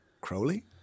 Crowley